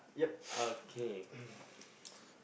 yup